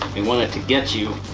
we want it to get you.